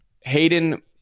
Hayden